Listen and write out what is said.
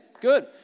Good